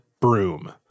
broom